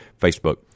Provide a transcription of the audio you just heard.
Facebook